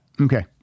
Okay